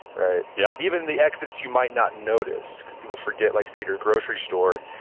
right? yeah even the exits you might not notice because people forget like say your grocery store,